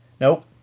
Nope